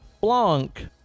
blanc